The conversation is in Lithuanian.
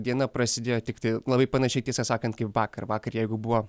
diena prasidėjo tik tai labai panašiai tiesą sakant kaip vakar vakar jeigu buvo